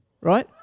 Right